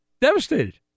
Devastated